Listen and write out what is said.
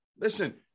Listen